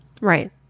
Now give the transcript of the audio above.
Right